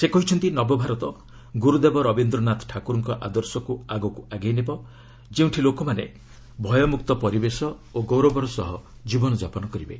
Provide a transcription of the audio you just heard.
ସେ କହିଛନ୍ତି ନବଭାରତ ଗୁରୁଦେବ ରବୀନ୍ଦ୍ରନାଥ ଠାକୁରଙ୍କ ଆଦର୍ଶକୁ ଆଗକୁ ଆଗେଇ ନେବ ଯେଉଁଠି ଲୋକମାନେ ଭୟମୁକ୍ତ ପରିବେଶ ଓ ଗୌରବର ସହ କ୍ରୀବନଯାପନ କରିବେ